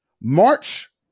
March